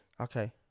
Okay